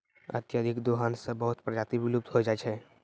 अत्यधिक दोहन सें बहुत प्रजाति विलुप्त होय जाय छै